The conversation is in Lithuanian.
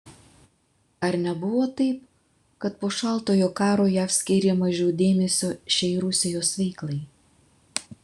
ar nebuvo taip kad po šaltojo karo jav skyrė mažiau dėmesio šiai rusijos veiklai